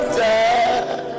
dead